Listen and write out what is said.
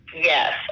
Yes